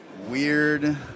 Weird